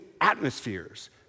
atmospheres